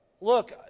Look